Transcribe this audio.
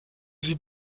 sie